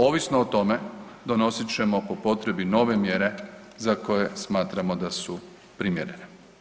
Ovisno o tome donosit ćemo po potrebi nove mjere za koje smatramo da su primjerene.